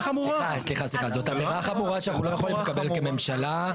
חמורה, שאנחנו לא יכולים לקבל כממשלה.